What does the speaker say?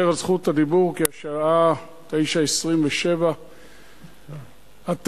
על רשות הדיבור כי השעה 21:27. הלכו להפגנה.